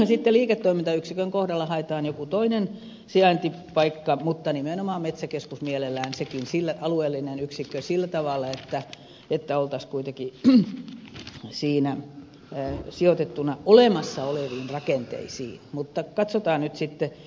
sitten liiketoimintayksikön kohdalla haetaan joku toinen sijaintipaikka mutta nimenomaan metsäkeskus mielellään siksi sillekin alueellinen yksikkö sillä tavalla että oltaisiin kuitenkin siinä sijoitettuna olemassa oleviin rakenteisiin mutta katsotaan nyt sitten